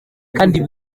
kandi